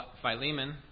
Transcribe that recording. Philemon